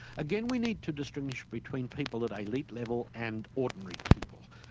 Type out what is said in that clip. again we need to distinguish between people at elite level and ordinary people.